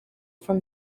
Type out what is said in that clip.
from